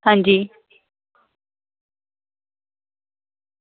अंजी